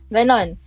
Ganon